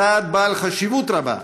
צעד בעל חשיבות רבה,